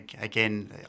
again